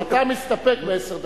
אתה מסתפק בעשר דקות,